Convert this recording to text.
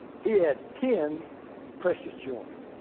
he had ten precious children.